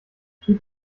schieb